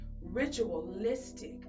ritualistic